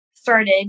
started